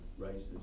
races